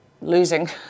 losing